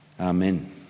Amen